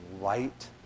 light